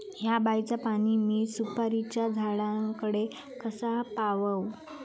हया बायचा पाणी मी सुपारीच्या झाडान कडे कसा पावाव?